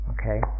okay